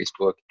facebook